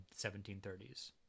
1730s